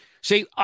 See